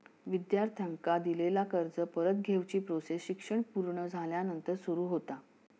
विद्यार्थ्यांका दिलेला कर्ज परत घेवची प्रोसेस शिक्षण पुर्ण झाल्यानंतर सुरू होता